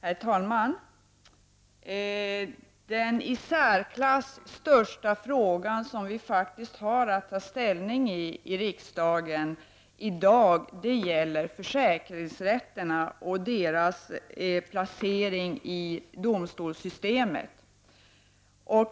Herr talman! Den i särklass största frågan som vi faktiskt har att ta ställning till i riksdagen i dag gäller försäkringsrätterna och deras placering i domstolssystemet.